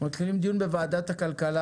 אנחנו מתכנסים לדיון בוועדת הכלכלה